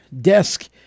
desk